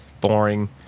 boring